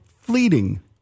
fleeting